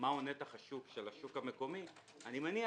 מהו נתח השוק של השוק המקומי אני מניח